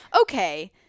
okay